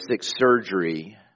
surgery